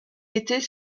était